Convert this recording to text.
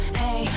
hey